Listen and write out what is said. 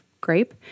grape